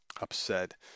upset